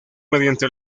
mediante